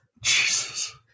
Jesus